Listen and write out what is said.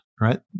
Right